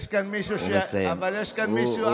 אבל יש כאן מישהו.